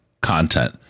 Content